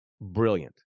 brilliant